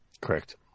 Correct